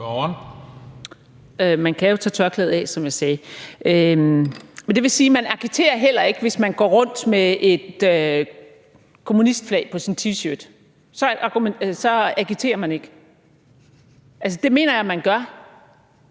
Man kan jo tage tørklædet af, som jeg sagde. Men det vil sige, at man heller ikke agiterer, hvis man går rundt med et kommunistflag på sin T-shirt? Så agiterer man ikke? Altså, det mener jeg at man gør,